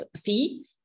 fee